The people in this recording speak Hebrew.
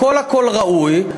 הכול הכול ראוי.